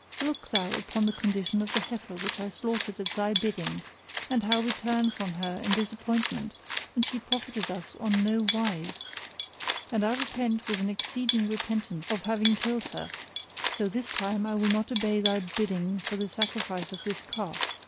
look thou upon the condition of the heifer which i slaughtered at thy bidding and how we turn from her in disappointment and she profited us on no wise and i repent with an exceeding repentance of having killed her so this time i will not obey thy bidding for the sacrifice of this calf.